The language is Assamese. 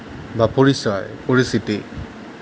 বা পৰিচয় পৰিস্থিতি